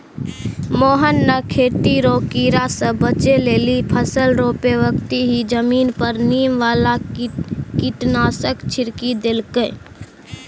मोहन नॅ खेती रो कीड़ा स बचै लेली फसल रोपै बक्ती हीं जमीन पर नीम वाला कीटनाशक छिड़की देलकै